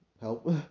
help